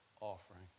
offering